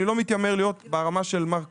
אני לא מתיימר להיות ברמה של מר כהן.